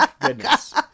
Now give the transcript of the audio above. goodness